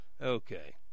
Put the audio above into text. Okay